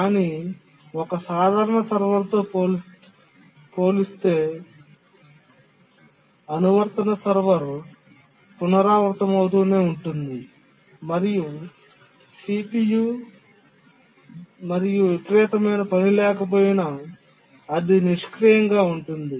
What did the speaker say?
కానీ ఒక సాధారణ సర్వర్తో పోల్చితే ఆవర్తన సర్వర్ పునరావృతమవుతూనే ఉంటుంది మరియు CPU ఉన్నా మరియు విపరీతమైన పని లేకపోయినా CPU సమయం నిష్క్రియంగా ఉంటుంది